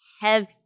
heavy